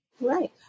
Right